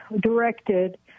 directed